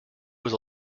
was